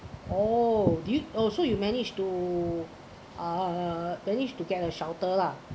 oh do you oh so you managed to uh manage to get a shelter lah